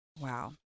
wow